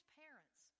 parents